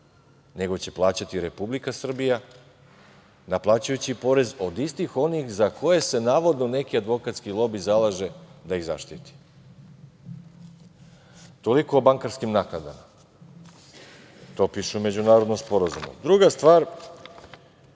nego će plaćati Republika Srbija, naplaćujući porez od istih onih za koje se navodno neki advokatski lobi zalaže da ih zaštiti. Toliko o bankarskim naknadama. To piše u međunarodnim sporazumima. Druga stvar,